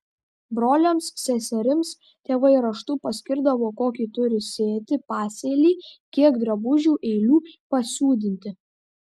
broliams seserims tėvai raštu paskirdavo kokį turi sėti pasėlį kiek drabužių eilių pasiūdinti